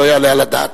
לא יעלה על הדעת.